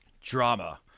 Drama